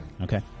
Okay